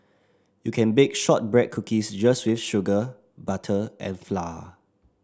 you can bake shortbread cookies just with sugar butter and flour